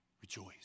Rejoice